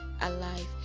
alive